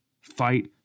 Fight